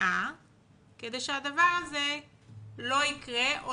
מציעה כדי שהדבר הזה לא יקרה או